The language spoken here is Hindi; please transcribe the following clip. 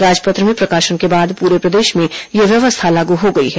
राजपत्र में प्रकाशन के बाद पूरे प्रदेश में यह व्यवस्था लागू हो गई है